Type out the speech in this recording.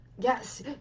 Yes